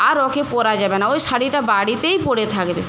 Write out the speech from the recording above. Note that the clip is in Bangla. আর ওকে পরা যাবে না ওই শাড়িটা বাড়িতেই পড়ে থাকবে